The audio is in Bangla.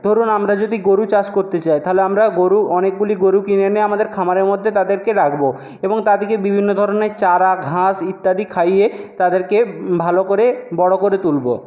ধরুন আমরা যদি গরু চাষ করতে চাই তাহলে আমরা গরু অনেকগুলি গরু কিনে এনে আমাদের খামারের মধ্যে তাদেরকে রাখবো এবং তাদেরকে বিভিন্ন ধরনের চারা ঘাস ইত্যাদি খাইয়ে তাদেরকে ভালো করে বড়ো করে তুলবো